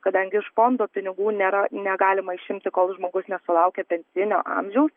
kadangi iš fondo pinigų nėra negalima išimti kol žmogus nesulaukia pensinio amžiaus